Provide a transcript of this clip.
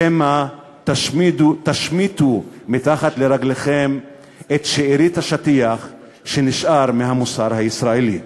שמא תשמיטו מתחת לרגליכם את שארית השטיח שנשאר מהמוסר הישראלי.